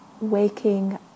waking